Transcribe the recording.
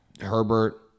Herbert